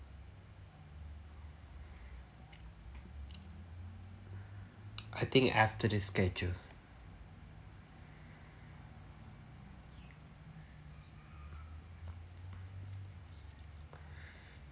I think after the schedule